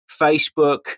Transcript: Facebook